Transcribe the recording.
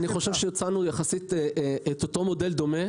הצענו מודל דומה